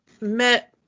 met